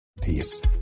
Peace